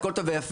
הכול טוב ויפה.